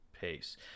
pace